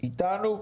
לא איתנו.